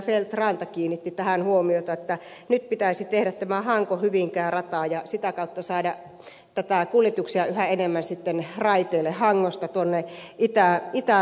feldt ranta kiinnitti tähän huomiota että nyt pitäisi tehdä tämä hankohyvinkää rata ja sitä kautta saada kuljetuksia yhä enemmän raiteille hangosta itärajalle